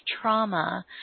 trauma